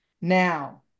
Now